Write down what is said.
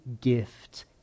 gift